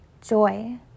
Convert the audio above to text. joy